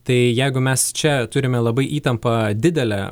tai jeigu mes čia turime labai įtampą didelę